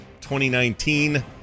2019